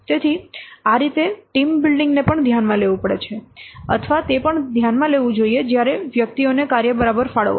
તેથી આ રીતે ટીમ બિલ્ડિંગ ને પણ ધ્યાનમાં લેવું પડે છે અથવા તે પણ ધ્યાનમાં લેવું જોઈએ જ્યારે વ્યક્તિઓને કાર્ય બરાબર ફાળવવાનું